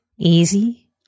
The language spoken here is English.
easy